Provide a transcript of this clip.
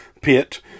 pit